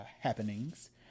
happenings